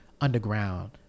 underground